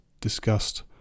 discussed